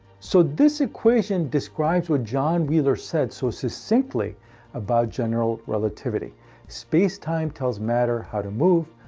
so this equation describes what john wheeler said so succinctly about general relativity space-time tells matter how to move,